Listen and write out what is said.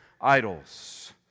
idols